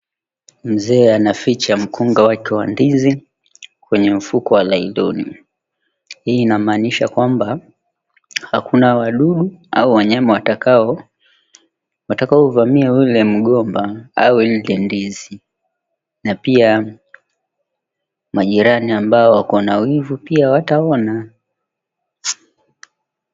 Mzee anaficha mkunga wetu wa ndizi kwenye mfuko wa nailoni. Hii inamaanisha kwamba hakuna wadudu au wanyama watakaovamia ule mgomba au ile ndizi. Na pia majirani ambao wako na wivu pia hawataona.